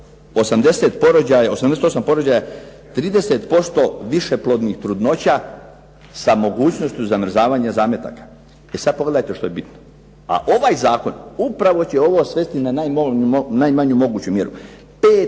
88 porođaja, 30% višeplodnih trudnoća sa mogućnošću zamrzavanja zametaka. E sad pogledajte što je bitno. A ovaj zakon upravo će ovo svesti na najmanju moguću mjeru. 5%